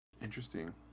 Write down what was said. Interesting